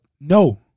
no